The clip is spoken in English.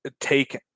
take